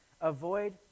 Avoid